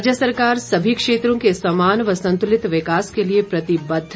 राज्य सरकार सभी क्षेत्रों के समान व संतुलित विकास के लिए प्रतिबद्ध